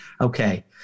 Okay